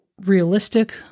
realistic